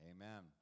Amen